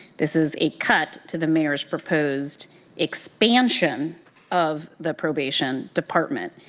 this is a cut to the mayor's proposed expansion of the probation department.